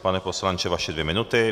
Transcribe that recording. Pane poslanče, vaše dvě minuty.